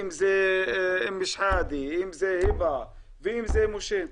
אם זה "אם אלשחאדי", אם זה היבה, ואם זה משה.